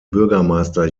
bürgermeister